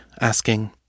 asking